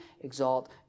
exalt